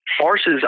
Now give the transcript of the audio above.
forces